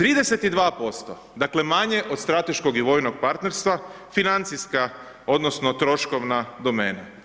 32% dakle manje od strateškog i vojnog partnerstva, financijska odnosno troškovna domena.